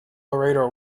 laredo